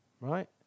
Right